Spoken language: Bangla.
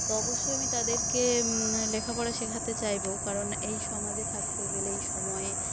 তো অবশ্যই আমি তাদেরকে লেখাপড়া শেখাতে চাইব কারণ এই সমাজে থাকতে গেলে এই সময়ে